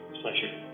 pleasure